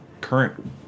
current